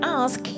ask